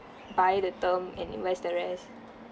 buy the term and invest the rest